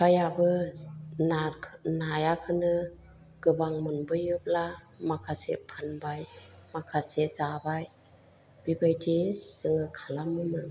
बिफायाबो ना नायाखोनो गोबां मोनबोयोब्ला माखासे फानबाय माखासे जाबाय बेबायदि जोङो खालामोमोन